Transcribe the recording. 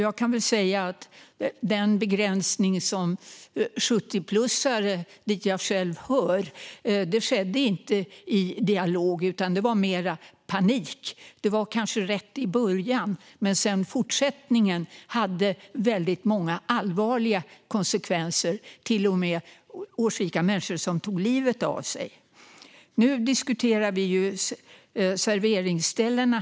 Jag kan säga att den begränsning som gällde för 70-plussare, dit jag själv hör, inte skedde i dialog. Det var mer panik. Det var kanske rätt i början. Men sedan i fortsättningen hade det väldigt många allvarliga konsekvenser. Det var till och med årsrika människor som tog livet av sig. Nu diskuterar vi serveringsställena.